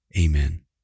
Amen